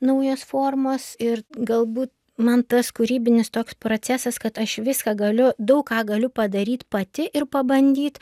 naujos formos ir galbūt man tas kūrybinis toks procesas kad aš viską galiu daug ką galiu padaryt pati ir pabandyt